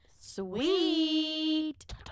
sweet